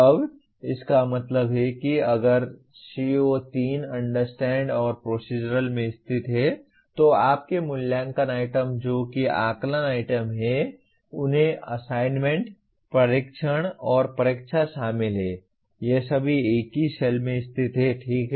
अब इसका मतलब है कि अगर CO3 अंडरस्टैंड और प्रोसीज़रल में स्थित है तो आपके मूल्यांकन आइटम जो कि आकलन आइटम हैं उनमें असाइनमेंट परीक्षण और परीक्षा शामिल हैं ये सभी एक ही सेल में स्थित हैं ठीक है